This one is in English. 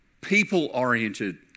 people-oriented